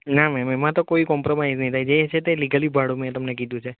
ના મેમ એમાં તો કોઈ કોમ્પ્રોમાઈઝ નહિ થાય જે છે તે લીગલી ભાડું મેં તમને કીધું છે